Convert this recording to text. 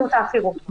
הלגיטימיות האחרות,